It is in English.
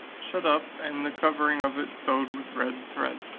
shut up, and the covering of it sewed with red thread.